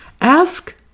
Ask